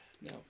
No